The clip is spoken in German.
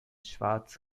schwarz